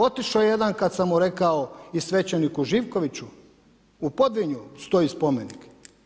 Otišao je jedan kada sam mu rekao i svećeniku Živkoviću, u Podvinju stoji spomenik.